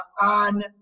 on